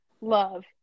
love